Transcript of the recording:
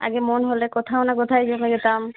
আগে মন হলে কোথাও না কোথায় চলে যেতাম